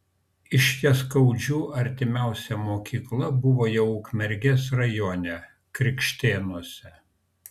iš jaskaudžių artimiausia mokykla buvo jau ukmergės rajone krikštėnuose